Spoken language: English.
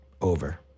over